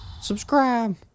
Subscribe